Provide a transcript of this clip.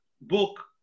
book